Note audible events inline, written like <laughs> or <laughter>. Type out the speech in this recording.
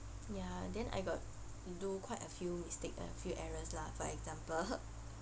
ya then I got do quite a few mistakes and a few errors lah <laughs> for example